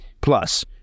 Plus